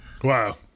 Wow